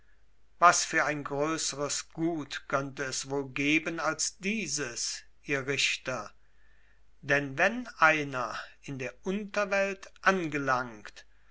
was für ein größeres gut könnte es wohl geben als dieses ihr richter denn wenn einer in der unterwelt angelangt